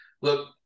Look